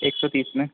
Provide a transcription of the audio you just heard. एक सौ तीस में